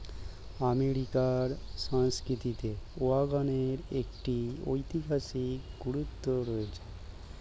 আমেরিকার সংস্কৃতিতে ওয়াগনের একটি ঐতিহাসিক গুরুত্ব রয়েছে